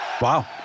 Wow